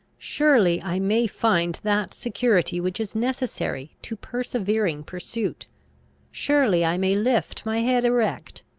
surely i may find that security which is necessary to persevering pursuit surely i may lift my head erect,